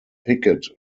picket